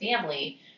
family